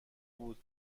بود